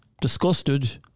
disgusted